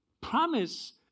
Promise